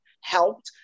helped